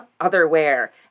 otherwhere